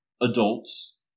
adults